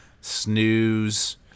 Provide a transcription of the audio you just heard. snooze